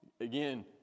Again